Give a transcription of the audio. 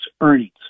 earnings